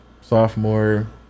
sophomore